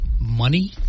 money